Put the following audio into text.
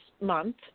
month